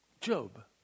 Job